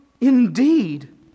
indeed